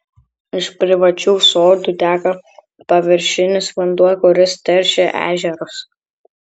iš privačių sodų teka paviršinis vanduo kuris teršia ežerus